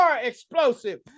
explosive